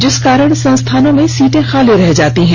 जिस कारण संस्थानों में सीटें खाली रह जाती हैं